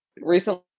Recently